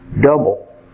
double